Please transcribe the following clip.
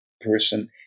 person